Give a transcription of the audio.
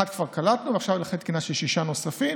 אחת כבר קלטנו ועכשיו הולכים לתקינה של שישה נוספים.